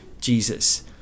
Jesus